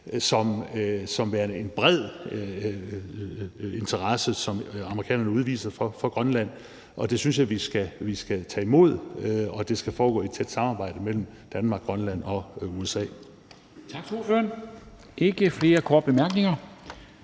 som værende en bred interesse, som amerikanerne udviser for Grønland. Det synes jeg at vi skal tage imod, og det skal foregå i et tæt samarbejde mellem Danmark, Grønland og USA.